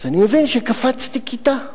אז אני מבין שקפצתי כיתה.